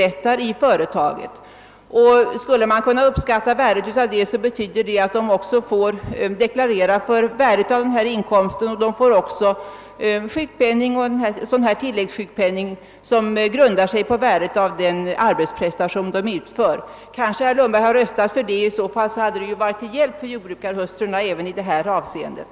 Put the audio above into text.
En uppskattning av värdet av dessa arbetsinsatser innebär att vederbörande får deklarera för detta och sedan erhåller en tilläggssjukpenning som grundar sig på deras arbetsprestation. Om herr Lundberg har röstat för detta förslag har det varit till hjälp för jordbrukarhustrurna även i det här avseendet.